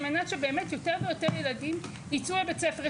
על מנת שבאמת יותר ויותר ילדים ייצאו לבית הספר.